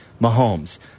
Mahomes